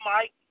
Mike